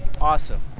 awesome